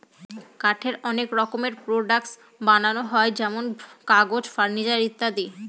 কাঠের অনেক রকমের প্রডাক্টস বানানো হয় যেমন কাগজ, ফার্নিচার ইত্যাদি